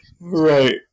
Right